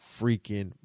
freaking